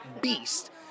beast